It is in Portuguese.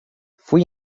fui